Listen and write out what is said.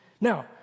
Now